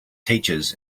teaches